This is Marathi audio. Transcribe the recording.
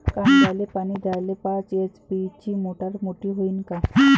कांद्याले पानी द्याले पाच एच.पी ची मोटार मोटी व्हईन का?